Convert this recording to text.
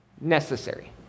necessary